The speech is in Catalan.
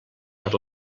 per